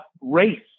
race